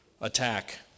attack